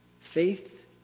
Faith